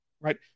right